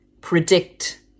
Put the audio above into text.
predict